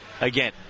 again